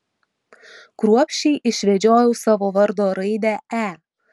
kruopščiai išvedžiojau savo vardo raidę e